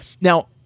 Now